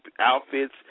outfits